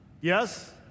Yes